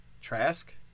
Trask